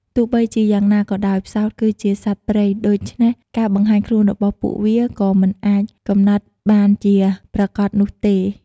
ទោះបីជាយ៉ាងណាក៏ដោយ ផ្សោតគឺជាសត្វព្រៃ ដូច្នេះការបង្ហាញខ្លួនរបស់ពួកវាគឺមិនអាចកំណត់បានជាប្រាកដនោះទេ ។